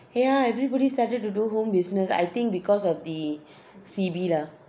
ya everybody started to do home business I think because of the C_B lah